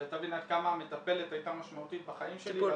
שתבין עד כמה המטפלת הייתה משמעותית בחיים שלי.